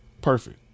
Perfect